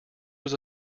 was